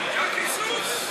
הארכת משך רישיון קבוע